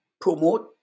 promote